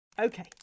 Okay